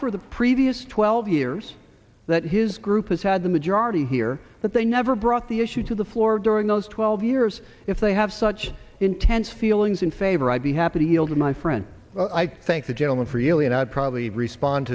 for the previous twelve years that his group has had the majority here that they never brought the issue to the floor during those twelve years if they have such intense feelings in favor i'd be happy healed my friend i thank the gentleman freely and probably respond